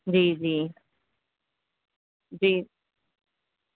جی جی جی